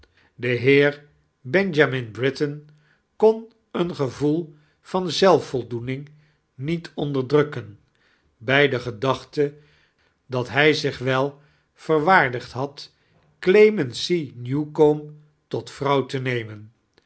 de heer benjamin britain kon een gevioel van zelfvoldoendng niet onderdirukken bij de gedachte dat hij ziicih wel verwaardigd had clemency newcome tot vroiuiw te memen